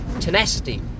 tenacity